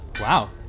Wow